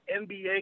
NBA